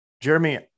Jeremy